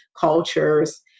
cultures